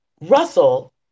Russell